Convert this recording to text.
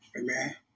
Amen